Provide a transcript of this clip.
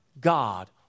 God